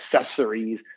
accessories